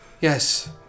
Yes